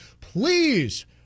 Please